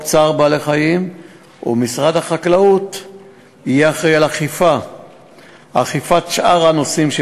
צער בעלי-חיים ומשרד החקלאות יהיה אחראי לאכיפת שאר הנושאים,